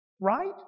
Right